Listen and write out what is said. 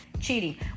cheating